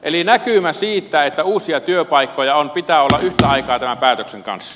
eli näkymä siitä että uusia työpaikkoja on pitää olla yhtä aikaa tämän päätöksen kanssa